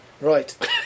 Right